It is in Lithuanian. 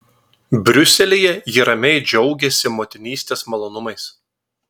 briuselyje ji ramiai džiaugiasi motinystės malonumais